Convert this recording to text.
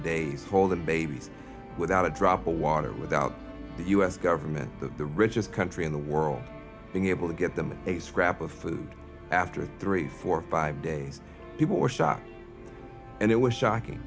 days holding babies without a drop of water without the u s government of the richest country in the world being able to get them a scrap of food after three four five days people were shocked and it was shocking